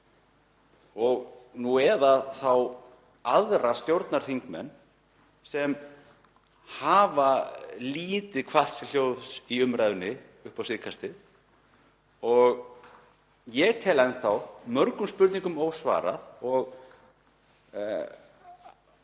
nú eða þá aðra stjórnarþingmenn sem hafa lítið kvatt sér hljóðs í umræðunni upp á síðkastið. Ég tel enn þá mörgum spurningum ósvarað og kalla